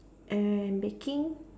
and baking